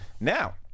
Now